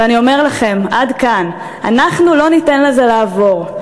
ואני אומר לכם, עד כאן, אנחנו לא ניתן לזה לעבור.